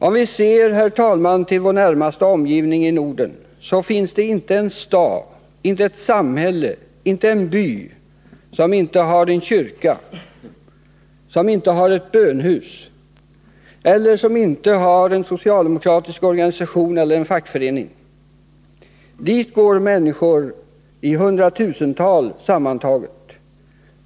Om vi ser till vår närmaste omgivning i Norden, finner vi inte en stad, inte ett samhälle, inte en by som inte har en kyrka eller ett bönehus eller som inte har en socialdemokratisk organisation eller en fackförening. Dit går människor i hundratusental sammantaget.